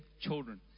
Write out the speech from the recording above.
children